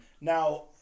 now